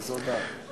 איזו הודעה?